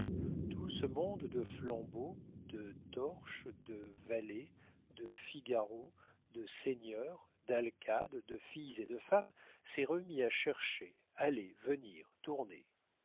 tout ce monde de flambeaux de riches de valets de figaros de seigneurs d'alcades de filles et de femmes s'est remis à chercher aller venir